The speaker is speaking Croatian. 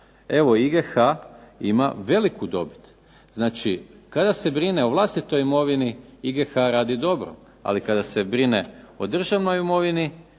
Evo IGH ima veliku dobit. Znači, kada se brine o vlastitoj imovini IGH radi dobro, ali kada se brine o državnoj imovini